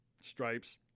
Stripes